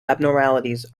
abnormalities